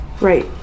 Right